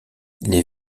les